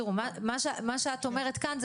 תראו מה שאת אומרת כאן,